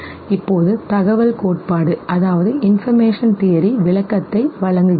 இப்போது தகவல் கோட்பாடு விளக்கத்தை வழங்குகிறது